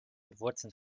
wurzeln